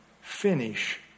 finish